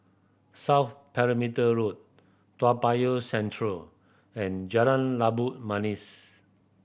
South Perimeter Road Toa Payoh Central and Jalan Labu Manis